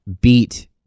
beat